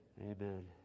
Amen